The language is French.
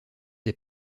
des